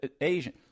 Asian